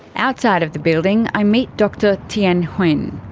outside of the building, i meet dr tien huynh.